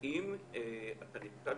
ואם אתה ניתקל